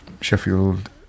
Sheffield